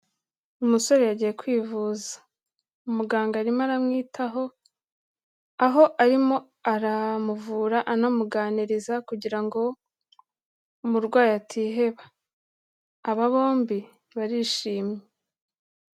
Umusore yagiye kwivuza, umuganga arimo aramwitaho, aho arimo aramuvura anamuganiriza kugira ngo umurwayi atiheba, aba bombi barishimye.